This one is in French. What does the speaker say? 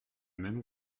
même